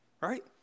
right